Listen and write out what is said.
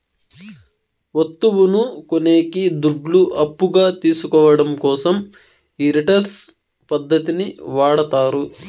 వత్తువును కొనేకి దుడ్లు అప్పుగా తీసుకోవడం కోసం ఈ రిటర్న్స్ పద్ధతిని వాడతారు